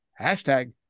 Hashtag